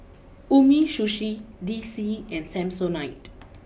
Umisushi D C and Samsonite